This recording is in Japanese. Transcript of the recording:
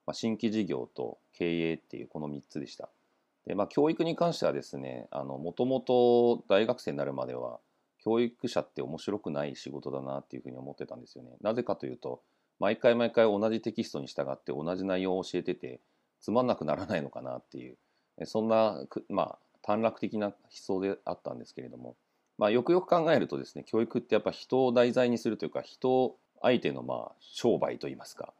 まあ、新規事業と経営っていうこの三つでした。で、まあ、教育に関してはですね、あの、元々大学生になるまでは、教育者って面白くない仕事だなっていうふうに思ってたんですよね。なぜかというと、毎回毎回同じテキストに従って同じ内容を教えてて、つまんなくならないのかなっていう、え、そんなく- まあ、短絡的な思想であったんですけれども、まあ、よくよく考えるとですね、教育ってやっぱ人を題材にするというか、人相手の、まあ、商売といいますか